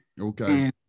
Okay